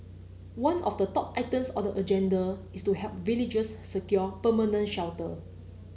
one of the top items on the agenda is to help villagers secure permanent shelter